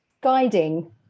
guiding